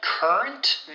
Current